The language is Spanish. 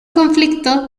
conflicto